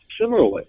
Similarly